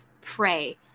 Pray